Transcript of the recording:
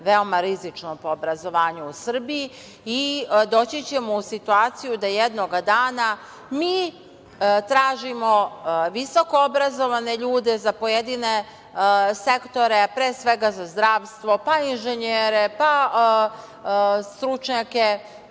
veoma rizično po obrazovanje u Srbiji i doći ćemo u situaciju da jednog dana mi tražimo visokoobrazovane ljude za pojedine sektore, pre svega za zdravstvo, pa inženjere, pa stručnjake